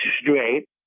straight